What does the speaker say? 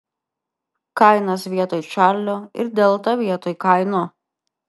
kainas vietoj čarlio ir delta vietoj kaino